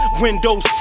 windows